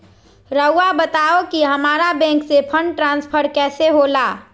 राउआ बताओ कि हामारा बैंक से फंड ट्रांसफर कैसे होला?